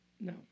No